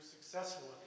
successful